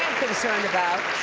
concerned about,